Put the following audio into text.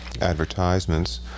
advertisements